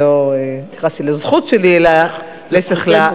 אני לא התייחסתי לזכות שלי אלא להיפך,